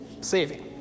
saving